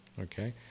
Okay